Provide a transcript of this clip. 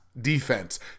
defense